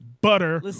butter